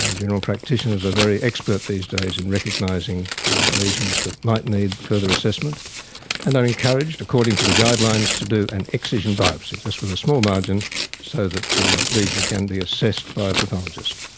and general practitioners are very expert these days in recognising legions that might need further assessment and are encouraged according to the guidelines to do an excision biopsy just with a small margin so that the lesion can be assessed by a pathologist.